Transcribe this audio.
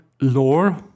lore